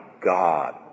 God